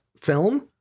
Film